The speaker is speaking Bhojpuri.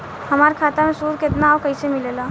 हमार खाता मे सूद केतना आउर कैसे मिलेला?